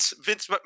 Vince